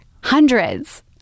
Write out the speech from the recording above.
Hundreds